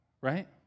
right